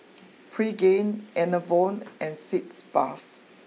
Pregain Enervon and Sitz Bath